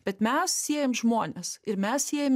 bet mes siejam žmones ir mes siejam